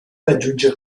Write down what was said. raggiunge